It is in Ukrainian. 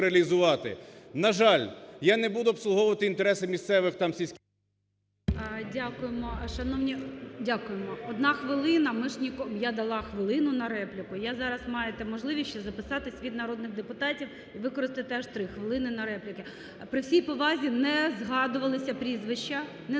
На жаль, я не буду обслуговувати інтереси місцевих там сільських… ГОЛОВУЮЧИЙ. Дякуємо. Шановні… дякуємо. Одна хвилина ми ж ні… я дала хвилину на репліку я зараз… маєте можливість ще записатись від народних депутатів і використаєте аж три хвилини на репліки. При всій повазі, не згадувалися прізвища, не згадувалися